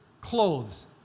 clothes